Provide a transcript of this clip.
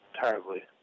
terribly